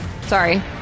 Sorry